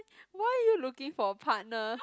why are you looking for a partner